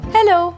Hello